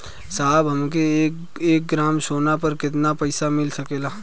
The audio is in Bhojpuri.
साहब हमके एक ग्रामसोना पर कितना पइसा मिल सकेला?